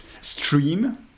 stream